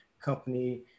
company